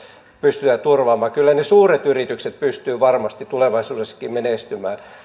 pystytään turvaamaan kyllä ne suuret yritykset pystyvät varmasti tulevaisuudessakin menestymään mutta